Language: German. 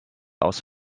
aus